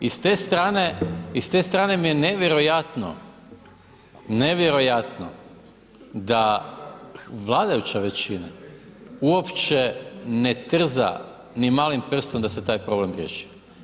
I s te strane mi je nevjerojatno, nevjerojatno da vladajuća većina uopće ne trza ni malom prstom da se taj problem riješi.